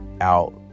out